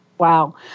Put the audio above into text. Wow